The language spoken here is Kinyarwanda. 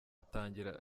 atangira